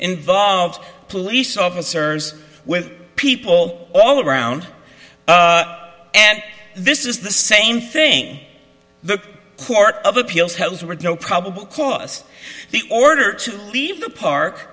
involved police officers with people all around and this is the same thing the court of appeals tells were no probable cause the order to leave the park